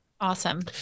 Awesome